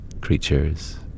creatures